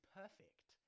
perfect